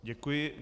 Děkuji.